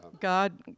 God